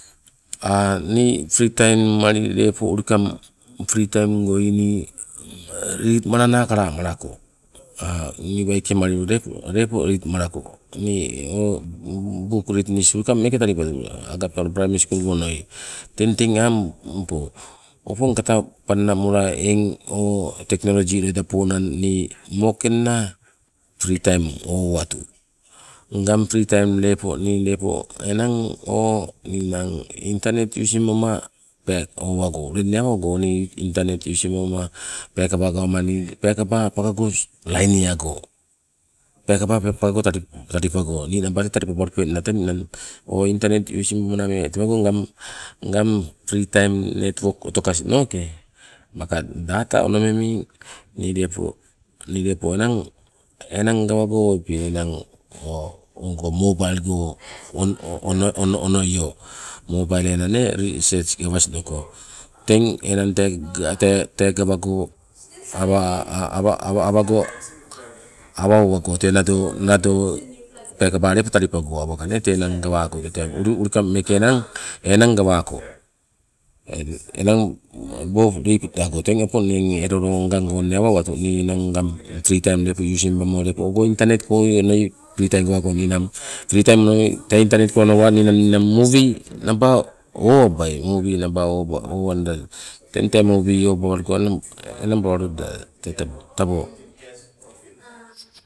ni fri taim mali, lepo ulikang fri taim goi nii lit malana kalamalako. Nii waikemali lepo lit malako, nii o buk litinis ulikang meeke talipatu agapta meeke praimari skul go onoi, teng aang opo- opong teng aang o teknologi loida ponang mekenna fri taim owatu. Ngang fri taim lepo nii lepo enang o ninang intanet using bama peekaba gawama, peekaba pagago lainiago, peekaba pagago talipago, ninaba tee peekala talipabalupenna tee ninang o intanet using bama. Tewago ni ngang fri taim netwok otokasnoke maka data onomemi nii lepo lepo enang gawago owepe enang o ogo mobail ono- onoio mobailie enang o research gawasnoko, teng enang tee gawago awa- awago awa owago tee nado, nado peekaba lepo talipago awago nee tee nee enang gawaako, ulikang meeke enang, enang gawako buk litinis gawako. Teng elo loo ni ngang fri taim using bamo nii lepo intanet koi onoi fri taim malawai ninang tee fri taim go onoi ninang muwi naba owabai, muwi naba owanda, teng tee muwi owagolo tee enang babaloda. Tabo.